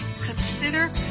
consider